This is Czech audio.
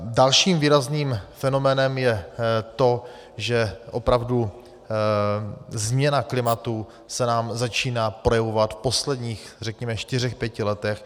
Dalším výrazným fenoménem je to, že opravdu změna klimatu se nám začíná projevovat v posledních řekněme čtyřech pěti letech.